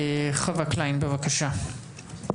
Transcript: חווה קליין בבקשה.